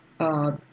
uh